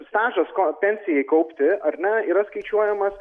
stažas ko pensijai kaupti ar ne yra skaičiuojamas